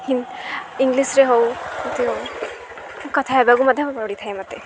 ହିନ୍ ଇଂଲିଶ୍ରେ ହଉ ଏଥି ହଉ କଥା ହେବାକୁ ମଧ୍ୟ ପଡ଼ିଥାଏ ମୋତେ